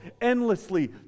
endlessly